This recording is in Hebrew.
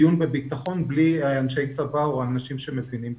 דיון בביטחון בלי אנשי צבא ואנשים שמבינים בביטחון.